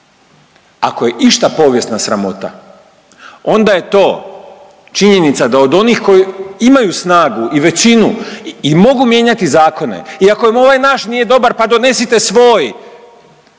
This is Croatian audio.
Ako je išta povijesna sramota onda je to činjenica da od onih koji imaju snagu i većinu i mogu mijenjati zakone i ako im ovaj naš nije dobar pa donesite svoj.